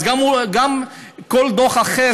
גם כל דוח אחר,